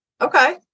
Okay